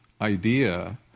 idea